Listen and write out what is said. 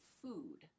food